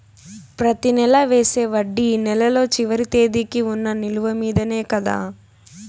ప్రతి నెల వేసే వడ్డీ నెలలో చివరి తేదీకి వున్న నిలువ మీదనే కదా?